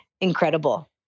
incredible